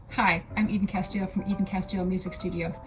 hi, i'm eden casteel from eden casteel music studio.